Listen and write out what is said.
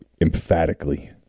emphatically